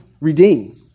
redeem